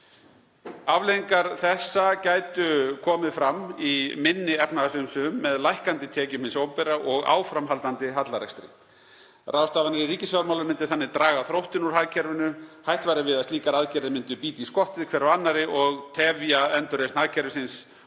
Afleiðingar þess gætu hins vegar komið fram í minni efnahagsumsvifum með lækkandi tekjum hins opinbera og áframhaldandi hallarekstri. Ráðstafanir í ríkisfjármálum myndu þannig draga þróttinn úr hagkerfinu. Hætt væri við að slíkar aðgerðir myndu bíta í skottið hver á annarri og tefja endurreisn hagkerfisins